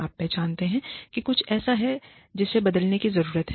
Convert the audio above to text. आप पहचानते हैं कि कुछ ऐसा है जिसे बदलने की जरूरत है